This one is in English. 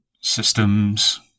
systems